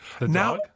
Now